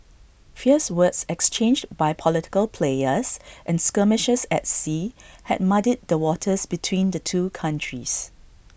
fierce words exchanged by political players and skirmishes at sea had muddied the waters between the two countries